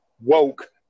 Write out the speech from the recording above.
woke